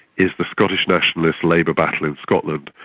is the scottish nationalist-labour battle in scotland,